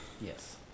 Yes